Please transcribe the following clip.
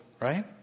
Right